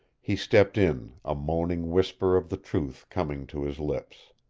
he stepped in, a moaning whisper of the truth coming to his lips.